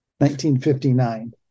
1959